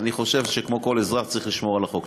אני חושב שכמו כל אזרח, צריך לשמור על החוק.